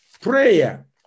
Prayer